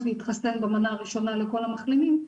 להתחסן במנה הראשונה לכל המחלימים.